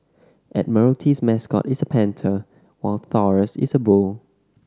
admiralty's mascot is a panther while Taurus is a bull